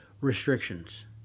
restrictions